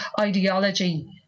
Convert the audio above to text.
ideology